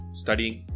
studying